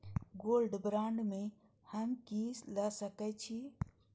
Gold bond में हम की ल सकै छियै?